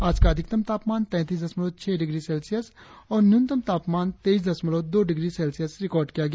आज का अधिकतम तापमान तैंतीस दशमलव छह डिग्री सेल्सियस और न्यूनतम तापमान तेईस दशमलव दो डिग्री सेल्सियस रिकार्ड किया गया